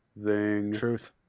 Truth